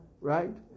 Right